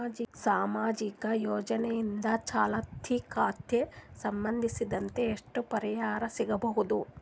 ಸಾಮಾಜಿಕ ಯೋಜನೆಯಿಂದ ಚಾಲತಿ ಖಾತಾ ಸಂಬಂಧಿಸಿದಂತೆ ಎಷ್ಟು ಪರಿಹಾರ ಸಿಗಬಹುದು?